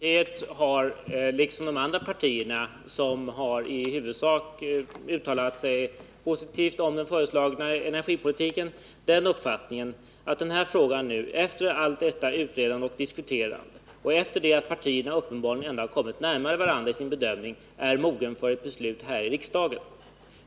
Herr talman! Folkpartiet liksom de andra partier som har uttalat sig i huvudsak positivt om den föreslagna energipolitiken har uppfattningen att denna fråga, efter allt detta utredande och diskuterande och efter det att partierna uppenbarligen ändå har kommit närmare varandra i sin bedömning, är mogen för ett beslut här i riksdagen.